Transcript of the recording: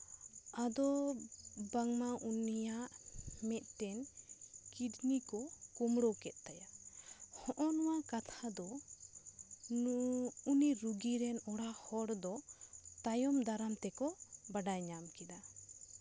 ᱟᱫᱚ ᱵᱟᱝᱢᱟ ᱩᱱᱤᱭᱟᱜ ᱢᱮᱫᱴᱮᱱ ᱠᱤᱰᱱᱤ ᱠᱚ ᱠᱳᱢᱲᱳ ᱠᱮᱜ ᱛᱟᱭᱟ ᱦᱚᱜᱼᱚᱭ ᱱᱚᱣᱟ ᱠᱟᱛᱷᱟ ᱩᱱᱤ ᱨᱩᱜᱤ ᱨᱮᱱ ᱚᱲᱟᱜ ᱦᱚᱲ ᱫᱚ ᱛᱟᱭᱚᱢ ᱫᱟᱨᱟᱢ ᱛᱮᱠᱚ ᱵᱟᱰᱟᱭ ᱧᱟᱢ ᱠᱮᱫᱟ